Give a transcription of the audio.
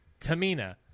Tamina